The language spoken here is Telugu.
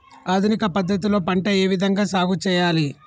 ఆధునిక పద్ధతి లో పంట ఏ విధంగా సాగు చేయాలి?